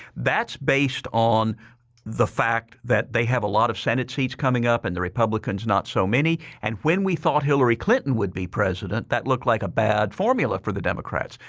that's based on the fact that they have a lot of senate seats coming up and the republicans not so many. and when we thought hillary clinton would be president, that looked like a bad formula for the democrats.